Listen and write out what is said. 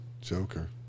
Joker